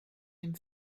dem